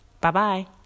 Bye-bye